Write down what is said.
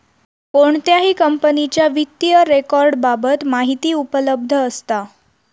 कोणत्याही कंपनीच्या वित्तीय रेकॉर्ड बाबत माहिती उपलब्ध असता